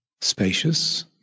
Spacious